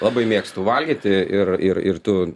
labai mėgstu valgyti ir ir ir tu